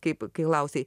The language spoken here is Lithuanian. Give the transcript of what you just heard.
kaip kai klausei